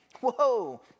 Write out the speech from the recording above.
Whoa